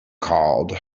called